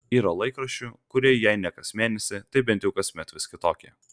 yra laikraščių kurie jei ne kas mėnesį tai bent jau kasmet vis kitokie